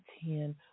ten